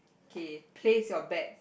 okay place your bet